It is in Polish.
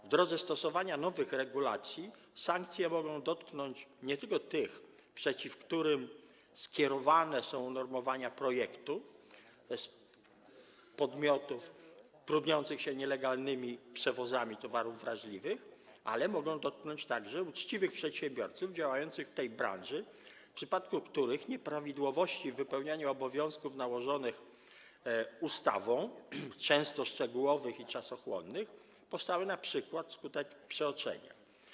W drodze stosowania nowych regulacji sankcje mogą dotknąć nie tylko tych, przeciw którym skierowane są unormowania projektu, tj. podmiotów trudniących się nielegalnymi przewozami towarów wrażliwych, ale mogą dotknąć także uczciwych przedsiębiorców działających w tej branży, w przypadku których nieprawidłowości w wypełnianiu obowiązków nałożonych ustawą, często szczegółowych i czasochłonnych, powstały np. wskutek przeoczenia.